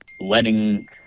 letting